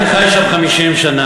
אני חי שם 50 שנה,